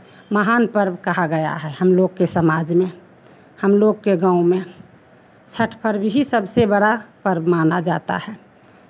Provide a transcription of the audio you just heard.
महान पर्व कहा गया है हम लोग के समाज में हम लोग के गाँव में छठ पर्व ही सबसे बड़ा पर्व माना जाता है